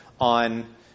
on